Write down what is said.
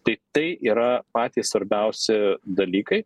tai tai yra patys svarbiausi dalykai